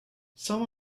some